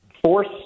force